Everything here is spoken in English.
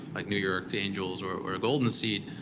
like new york angels or or golden seed,